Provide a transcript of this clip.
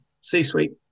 C-suite